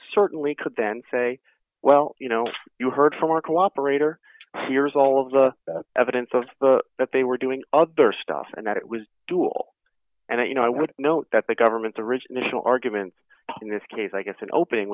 certainly could then say well you know you heard from our cooperator here's all of the evidence that they were doing other stuff and that it was dual and you know i would note that the government the ridge national argument in this case i guess an opening